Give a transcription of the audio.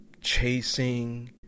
chasing